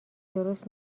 درست